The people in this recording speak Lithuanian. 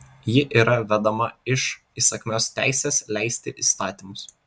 ji yra vedama iš įsakmios teisės leisti įstatymus